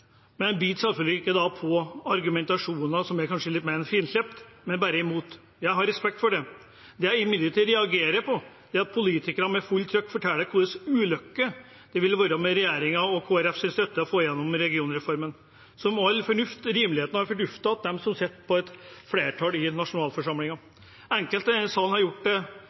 men da biter en selvfølgelig ikke på argumentasjon som kanskje er litt mer finslipt, men er bare imot. Jeg har respekt for det. Det jeg imidlertid reagerer på, er at politikere med fullt trykk forteller hvilken ulykke det ville være med regjeringspartiene og Kristelig Folkepartis støtte å få igjennom regionreformen – som om all fornuft og rimelighet har forduftet hos dem som sitter med et flertall i nasjonalforsamlingen. Enkelte i salen har gjort det: